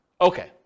Okay